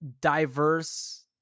diverse